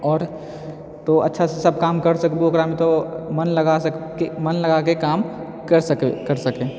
आओर तों अच्छासँ सब काम कर सकबहूँ ओकरामे तों मन लगा मन लगाके काम कर सकै कर सकै